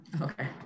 Okay